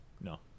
No